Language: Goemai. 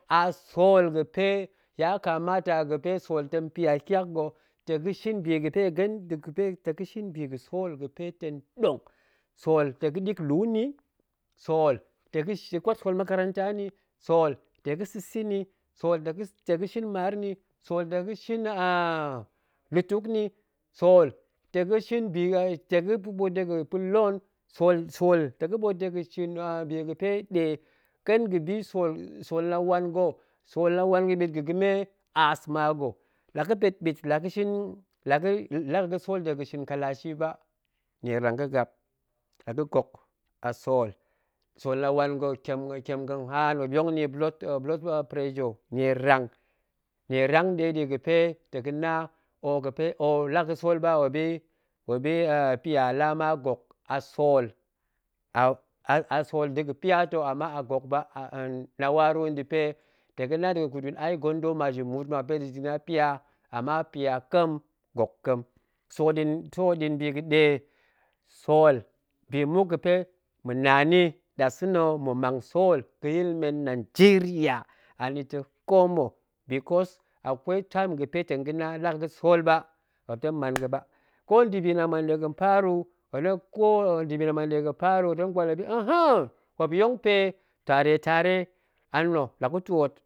A sool ga̱pe yakamata ga̱pe sool tong pyatyak ga̱, ta̱ ga̱shin bi ga̱pe gen ta̱ ga̱ shin biga̱ sool gape tong ɗong, sool ta̱ ga̱ ɗik lu nni, sool ta̱ shin ga̱kwat sool makaranta nni, sool ta̱ ga̱ sa̱ sa̱ nni, sool ta̱ ga̱ sa̱ sa̱ nni, sool ta̱ ga̱ shin maar nni, sool ta̱ ga̱shin a lutuk nni, sool ta̱ ga̱shi ta̱ ga ɓoot dega̱ pa loon nni, sool. sool ta̱ ga ḇot dega̱ shin a bi ga̱pe ɗe, ken ga̱ɓi sool sool lawan ga̱, sool lawan ga̱ mɓit ga̱ gəme aas ma ga, la ga̱pet mɓit la ga shin la ga̱ ga̱sool dega̱ shin kalaci ba, nierang ga̱ gap, la ga̱gok a sool, sool lawan ga̱ tiem ga̱n haan muop yong ni a blood pressure, nierang nierang nɗeɗi ga̱pe ta̱ ga̱na oph ga̱pe oh la ga̱ ga̱sool ba muop yi muop an pya la ma ga̱k a sool, a sool da̱ga̱ pya ta̱ ama a gok ba an lka waru nda̱ pe ta ga̱ na tong kut ai gondo ma ji muut ma pe tong ji na pya, ama pya kem gok kem, so ɗin so nɗa̱a̱n bi ga̱ɗe, sool bi muk ga̱pe ma̱na ni nḏasa̱na ho, ma̱ mang sool ga̱yil men nanjeriya anita ko mma, because akwei time ga̱pe ta̱ ga̱na la ga̱ ga̱sool ba, muop tong man ga̱ba ko nda̱bi la muan dega̱ paru ko nda̱bi lamua dega paru, muop tong kwal muop yi a̱nn, muop yong pe tare tare anna la gu twool.